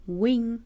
wing